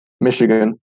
Michigan